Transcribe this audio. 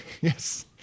Yes